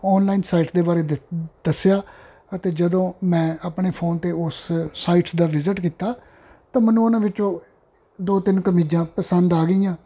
online site ਦੇ ਬਾਰੇ ਦ ਦੱਸਿਆ ਅਤੇ ਜਦੋਂ ਮੈਂ ਆਪਣੇ ਫੋਨ 'ਤੇ ਉਸ ਸਾਈਟਸ ਦਾ ਵਿਜਿਟ ਕੀਤਾ ਤਾਂ ਮੈਨੂੰ ਉਹਨਾਂ ਵਿੱਚੋਂ ਦੋ ਤਿੰਨ ਕਮੀਜਾਂ ਪਸੰਦ ਆ ਗਈਆਂ